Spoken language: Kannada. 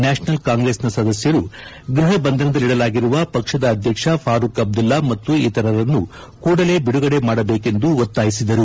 ನ್ಕಾಷನಲ್ ಕಾಂಗ್ರೆಸ್ನ ಸದಸ್ಯರು ಗೃಪಬಂಧನದಲ್ಲಿಡಲಾಗಿರುವ ಪಕ್ಷದ ಅಧ್ಯಕ್ಷ ಪಾರೂಖ್ ಅಬ್ಬುಲ್ಲಾ ಮತ್ತು ಇತರರನ್ನು ಕೂಡಲೇ ಬಿಡುಗಡೆ ಮಾಡಬೇಕೆಂದು ಒತ್ತಾಯಿಸಿದರು